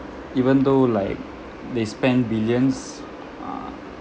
even though like they spend billions ah